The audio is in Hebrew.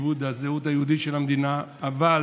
איבוד הזהות היהודית של המדינה, אבל,